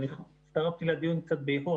הצטרפתי לדיון קצת באיחור,